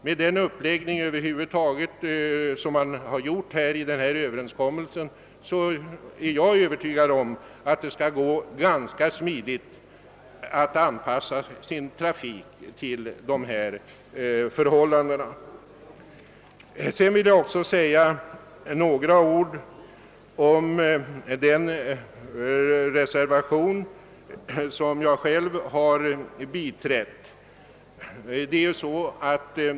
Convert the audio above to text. Med den uppläggning som man har gjort i denna överenskommelse är jag övertygad om att det skall gå ganska smidigt att anpassa lastbilstrafiken till dessa förhållanden. Sedan vill jag också säga några ord om den reservation som jag själv har biträtt.